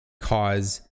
cause